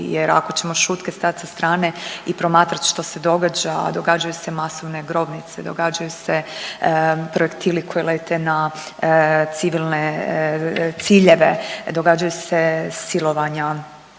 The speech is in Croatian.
jer ako ćemo šutke stajat sa strane i promatrati što se događa, a događaju se masovne grobnice, događaju se projektili koji lete na civilne ciljeve, događaju se silovanja,